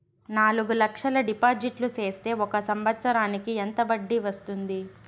నాలుగు లక్షల డిపాజిట్లు సేస్తే ఒక సంవత్సరానికి ఎంత వడ్డీ వస్తుంది?